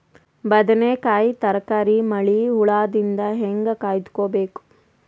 ಬದನೆಕಾಯಿ ತರಕಾರಿ ಮಳಿ ಹುಳಾದಿಂದ ಹೇಂಗ ಕಾಯ್ದುಕೊಬೇಕು?